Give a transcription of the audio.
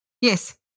yes